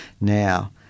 now